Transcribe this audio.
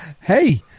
hey